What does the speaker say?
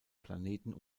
planeten